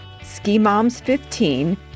SKIMOMS15